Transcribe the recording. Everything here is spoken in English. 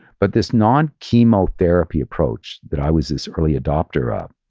but this non-chemo therapy approach that i was this early adopter of,